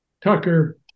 Tucker